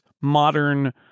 modern